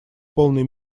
полной